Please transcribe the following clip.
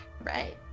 right